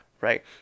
right